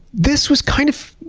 this was, kind of,